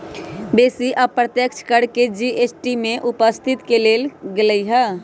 बेशी अप्रत्यक्ष कर के जी.एस.टी में उपस्थित क लेल गेलइ ह्